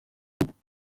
gihugu